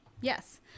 yes